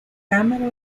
cámara